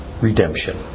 Redemption